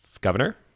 governor